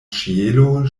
ĉielo